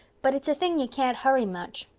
but it's a thing you can't hurry much.